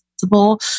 possible